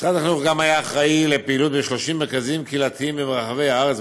משרד החינוך גם היה אחראי לפעילות ב-30 מרכזים קהילתיים ברחבי הארץ,